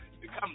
become